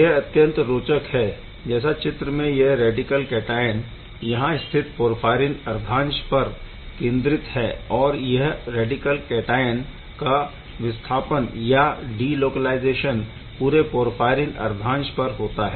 यह अत्यंत रोचक है जैसा चित्र में यह रैडिकल कैटआयन यहाँ स्थित पोरफ़ाईरिन अर्धांश पर केन्द्रित है और यह रैडिकल कैटआयन का विस्थापन या डि लोकेलाइज़ेशन पूरे पोरफ़ाईरिन अर्धांश पर होता है